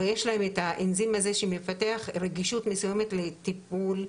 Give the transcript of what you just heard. או יש להם את האנזים הזה שמפתח רגישות מסוימת לטיפול,